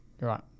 Right